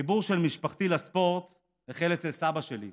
החיבור של משפחתי לספורט החל אצל סבא שלי.